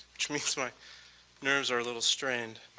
which means my nerves are a little strained.